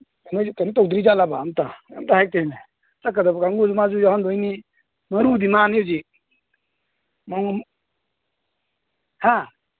ꯀꯩꯅꯣ ꯇꯧꯗ꯭ꯔꯤꯖꯥꯠꯂꯕ ꯑꯝꯇ ꯀꯩꯝꯇ ꯍꯥꯏꯔꯛꯇꯦꯅꯦ ꯆꯠꯀꯗꯕ ꯀꯥꯡꯕꯨꯗ ꯃꯥꯁꯨ ꯌꯥꯎꯍꯟꯗꯣꯏꯅꯤ ꯃꯔꯨꯗꯤ ꯃꯥꯅꯤ ꯍꯧꯖꯤꯛ ꯍꯥ